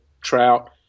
trout